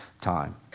time